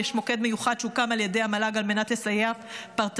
יש מוקד מיוחד שהוקם על ידי המל"ג על מנת לסייע פרטנית.